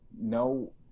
no